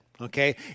okay